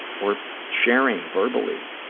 or sharing verbally,